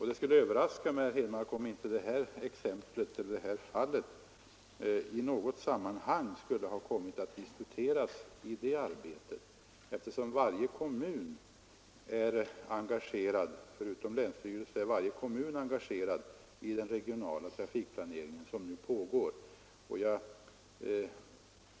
Det skulle överraska mig om inte det här fallet i något sammanhang skulle ha kommit att diskuteras under det arbetet, eftersom förutom länsstyrelsen varje kommun är engagerad i den regionala trafikplanering som pågår.